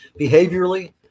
behaviorally